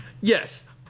Yes